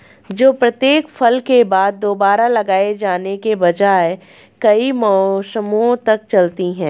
जो प्रत्येक फसल के बाद दोबारा लगाए जाने के बजाय कई मौसमों तक चलती है